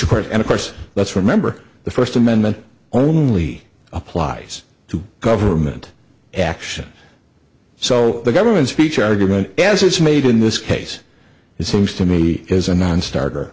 of course and of course let's remember the first amendment only applies to government action so the government speech argument as it's made in this case it seems to me is a nonstarter